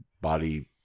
body